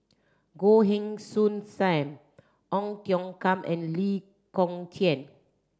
Goh Heng Soon Sam Ong Tiong Khiam and Lee Kong Chian